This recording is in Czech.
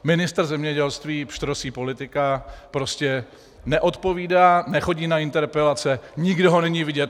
Ministr zemědělství, pštrosí politika, prostě neodpovídá, nechodí na interpelace, nikde ho není vidět.